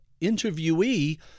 interviewee